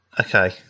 Okay